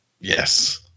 Yes